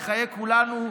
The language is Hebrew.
בחיי כולנו,